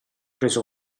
preso